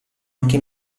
anche